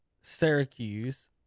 Syracuse